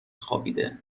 خوابیده